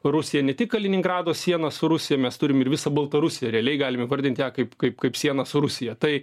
rusiją ne tik kaliningrado sieną su rusija mes turim ir visa baltarusiją realiai galim įvardint ją kaip kaip kaip sieną su rusija tai